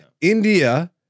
India